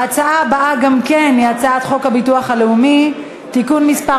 ההצעה הבאה היא הצעת חוק הביטוח הלאומי (תיקון מס'